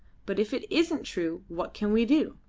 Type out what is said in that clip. but if it isn't true what can we do?